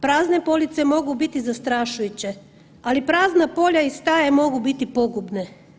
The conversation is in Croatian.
Prazne police mogu biti zastrašujuće, ali prazna polja i staje mogu biti pogubne.